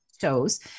shows